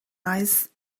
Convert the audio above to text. eyes